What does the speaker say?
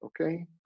Okay